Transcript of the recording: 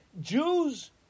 Jews